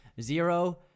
Zero